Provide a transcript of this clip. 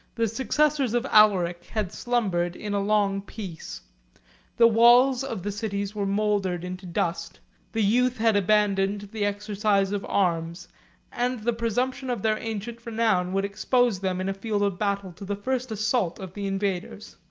the successors of alaric had slumbered in a long peace the walls of the city were mouldered into dust the youth had abandoned the exercise of arms and the presumption of their ancient renown would expose them in a field of battle to the first assault of the invaders.